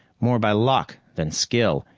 more by luck than skill,